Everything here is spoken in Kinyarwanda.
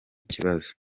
ikibazo